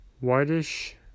whitish